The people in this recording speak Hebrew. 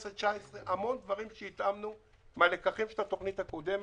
המון דברים התאמנו מהלקחים של התוכנית הקודמת.